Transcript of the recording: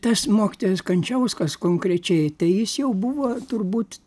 tas mokytojas kančiauskas konkrečiai tai jis jau buvo turbūt